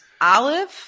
Olive